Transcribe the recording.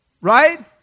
right